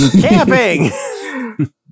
camping